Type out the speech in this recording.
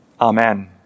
Amen